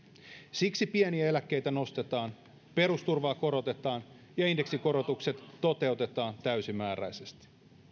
siksi pieniä eläkkeitä nostetaan perusturvaa korotetaan ja indeksikorotukset toteutetaan täysimääräisesti